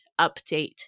update